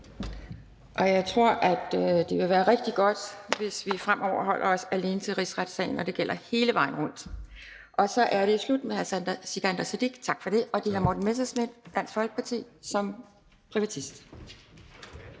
Jeg tror, det vil være rigtig godt, hvis vi fremover holder os alene til rigsretssagen, og det gælder hele vejen rundt. Så er det slut med hr. Sikandar Siddique. Tak for det. Og så er det hr. Morten Messerschmidt, Dansk Folkeparti, som privatist.